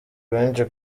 benshi